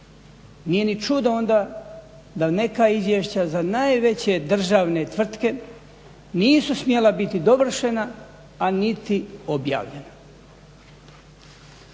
Nije ni čudo onda da neka izvješća za najveće državne tvrtke nisu smjela biti dovršena, a niti objavljena.